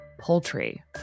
Poultry